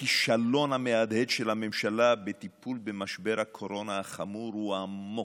הכישלון המהדהד של הממשלה בטיפול במשבר הקורונה החמור הוא עמוק,